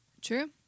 True